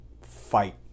fight